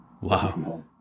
Wow